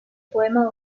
poema